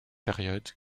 période